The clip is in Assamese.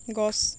গছ